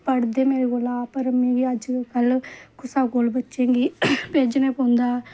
पढ़दे मेरे कोला पर मिगी अज्ज कुसै कोल बच्चें गी भेजना पौंदा ऐ